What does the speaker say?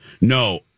No